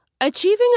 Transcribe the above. Achieving